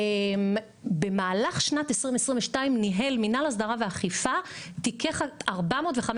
במהלך שנת 2022 ניהל מנהל הסדרה ואכיפה כ-415